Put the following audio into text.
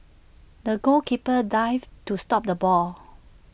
the goalkeeper dived to stop the ball